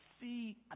see